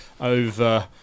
over